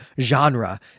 genre